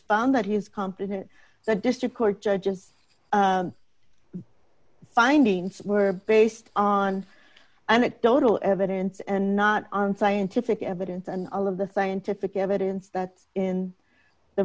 found that he is confident the district court judges findings were based on anecdotal evidence and not on scientific evidence and all of the scientific evidence that's in the